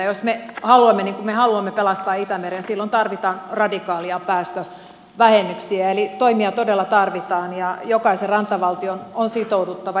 jos me haluamme niin kuin me haluamme pelastaa itämeren silloin tarvitaan radikaaleja päästövähennyksiä eli toimia todella tarvitaan ja jokaisen rantavaltion on sitouduttava